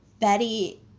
Betty